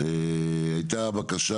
הייתה בקשה,